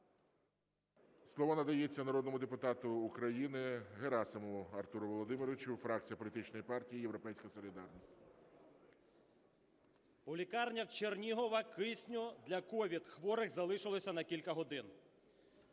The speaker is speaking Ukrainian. Слово надається народному депутату України Герасимову Артуру Володимировичу, фракція політичної партії "Європейська солідарність". 10:30:04 ГЕРАСИМОВ А.В. У лікарнях Чернігова кисню для COVID-хворих залишилося на кілька годин.